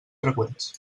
freqüents